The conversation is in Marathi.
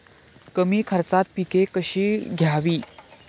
कमी खर्चात पिके कशी घ्यावी?